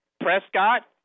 Prescott